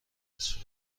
است